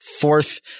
fourth